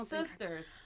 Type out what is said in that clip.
sisters